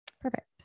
Perfect